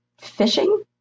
fishing